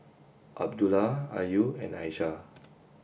Abdullah Ayu and Aisyah